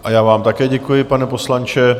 A já vám také děkuji, pane poslanče.